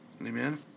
Amen